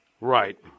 Right